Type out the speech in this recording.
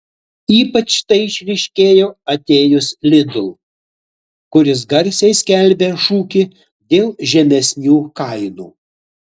ypač tai išryškėjo atėjus lidl kuris garsiai skelbė šūkį dėl žemesnių kainų